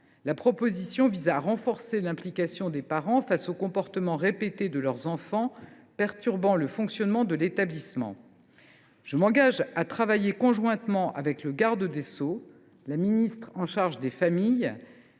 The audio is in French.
la proposition de loi renforce l’implication de ces derniers face aux comportements répétés de leurs enfants perturbant le fonctionnement de l’établissement, ce qui est essentiel. Je m’engage à travailler conjointement avec le garde des sceaux, la ministre chargée des familles,